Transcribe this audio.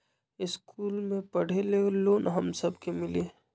इश्कुल मे पढे ले लोन हम सब के मिली?